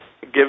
give